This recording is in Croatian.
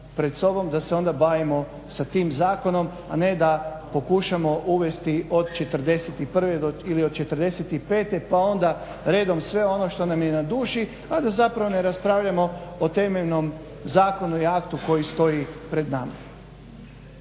pred sobom da se onda bavimo sa tim zakonom a ne da pokušamo uvesti od 41.ili od 45. Pa onda sve redom ono što nam je na duši a da zapravo ne raspravljamo o temeljnom zakonu i aktu koji stoji pred nama.